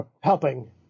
helping